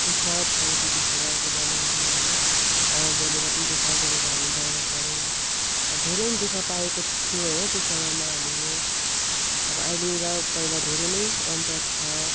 दुख थियो त्यतिखेरको जमानामा हैन आमाबाउले र पनि दुख गरेर हामी बाहिर पढ्यौँ अब धेरै नै दुख पाएको थियौँ हैन त्यो समयमा हामीले अब अहिले र पहिला धेरै नै अन्तर छ